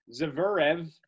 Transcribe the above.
Zverev